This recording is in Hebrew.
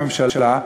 מהממשלה,